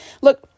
Look